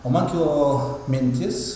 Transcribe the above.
o man kilo mintis